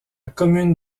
commune